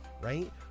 right